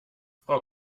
frau